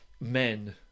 men